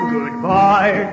Goodbye